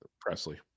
Presley